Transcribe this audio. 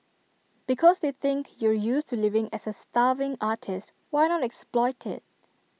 because they think you're used to living as A starving artist why not exploit IT